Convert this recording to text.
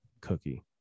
cookie